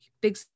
Big